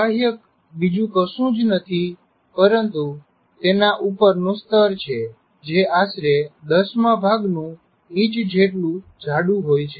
બાહ્યક બીજું કશું જ નથી પરંતુ તેના ઉપરનું સ્તર છે તે આશરે દસમા ભાગનું ઈંચ જેટલું જાડું હોય છે